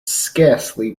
scarcely